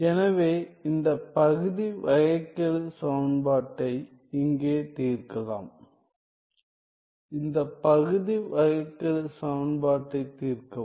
எனவே இந்த பகுதி வகைக்கெழு சமன்பாட்டை இங்கே தீர்க்கலாம் இந்த பகுதி வகைக்கெழு சமன்பாட்டைத் தீர்க்கவும்